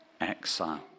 exile